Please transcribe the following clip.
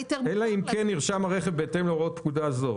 כן נרשם הרכב בהתאם להוראות פקודה זו,